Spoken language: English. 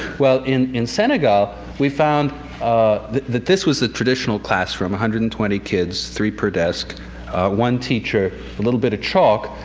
well, in in senegal we found that this was the traditional classroom one hundred and twenty kids three per desk one teacher, a little bit of chalk.